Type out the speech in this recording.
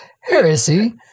heresy